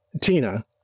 Tina